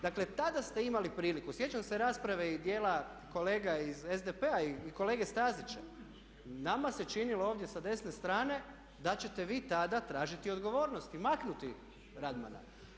Dakle, tada ste imali priliku, sjećam se rasprave i dijela kolega iz SDP-a i kolege Stazića, nama se činilo ovdje sa desne strane da ćete vi tada tražiti odgovornost i maknuti Radmana.